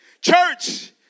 Church